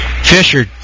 Fisher